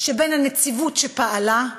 שבין הנציבות, שפעלה,